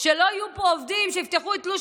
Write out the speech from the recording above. שלא יהיו פה עובדים שיפתחו את תלוש